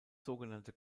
sogenannte